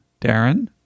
Darren